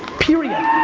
period.